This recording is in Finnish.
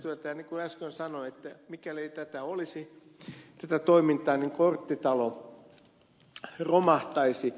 niin kuin äsken sanoin mikäli ei olisi tätä toimintaa korttitalo romahtaisi